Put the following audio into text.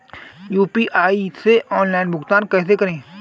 UPI से online भुगतान कैसे करें?